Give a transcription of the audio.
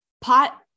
Pot